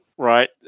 Right